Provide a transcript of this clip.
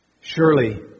Surely